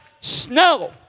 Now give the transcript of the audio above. snow